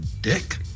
Dick